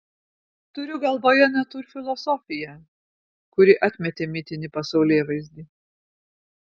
turiu galvoje natūrfilosofiją kuri atmetė mitinį pasaulėvaizdį